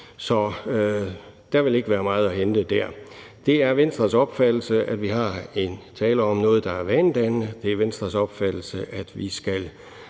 Så der vil ikke være meget at hente der. Det er Venstres opfattelse, at vi taler om noget, der er vanedannende. Det er Venstres opfattelse, at vi skal